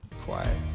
Quiet